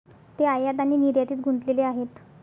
ते आयात आणि निर्यातीत गुंतलेले आहेत